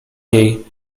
jej